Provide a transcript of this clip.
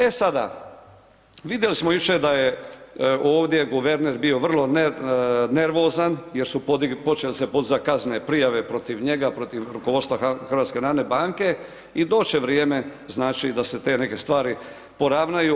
E sada, vidjeli smo jučer da je ovdje guverner bio vrlo nervozan jer su počele se podizat kaznene prijave protiv njega, protiv rukovodstva HNB-a i doći će vrijeme znači da se te neke stvari poravnaju.